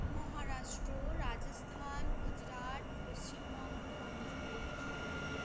Maharashtra Rajasthan Gujarat Paschimbanga Andhra Pradesh